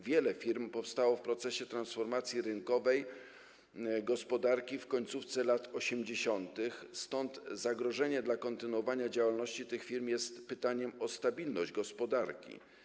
Wiele firm powstało w procesie transformacji rynkowej gospodarki w końcówce lat 80., stąd zagrożenie dla kontynuowania działalności tych firm jest pytaniem o stabilność gospodarki.